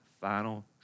final